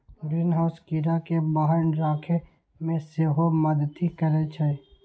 greenhouse कीड़ा कें बाहर राखै मे सेहो मदति करै छै